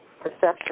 perception